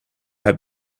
had